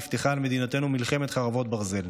נפתחה על מדינתנו מלחמת חרבות ברזל.